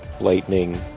Lightning